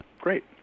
Great